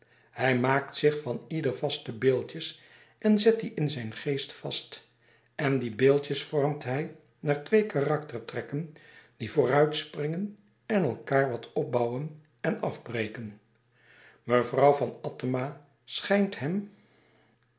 hij maakt zich van ieder vaste beeldjes en zet die in zijn geest vast en die beeldjes vormt hij naar twee karaktertrekken die vooruitspringen en elkaâr wat opbouwen en afbreken mevrouw van attema schijnt hem